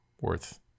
worth